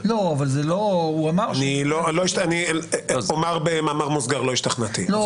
אני אומר במאמר מוסגר לא השתכנעתי.